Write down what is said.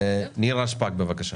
נירה שפק, בבקשה.